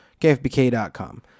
kfbk.com